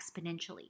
exponentially